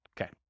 Okay